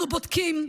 אנחנו בודקים.